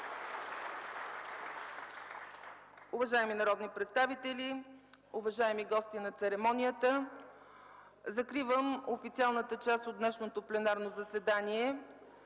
Уважаеми народни представители, уважаеми гости на церемонията! Закривам официалната част от днешното пленарно заседание.